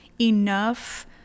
enough